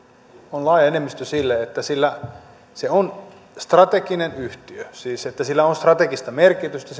on laaja enemmistö sille että se on strateginen yhtiö siis että sillä on strategista merkitystä